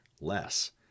less